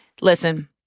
Listen